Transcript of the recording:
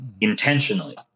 intentionally